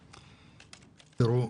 תראו,